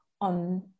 on